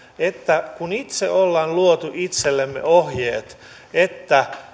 että kun itse olemme luoneet itsellemme ohjeet että